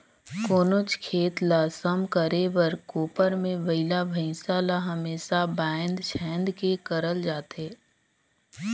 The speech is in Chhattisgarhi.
कोनोच खेत ल सम करे बर कोपर मे बइला भइसा ल हमेसा बाएध छाएद के करल जाथे